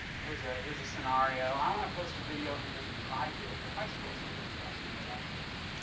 here's a here's a scenario i want to post a video interview i did with high school students about standardized testing,